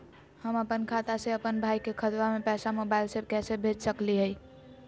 हम अपन खाता से अपन भाई के खतवा में पैसा मोबाईल से कैसे भेज सकली हई?